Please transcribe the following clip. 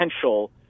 potential